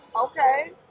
Okay